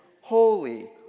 holy